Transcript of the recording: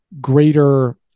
greater